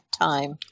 time